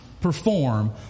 perform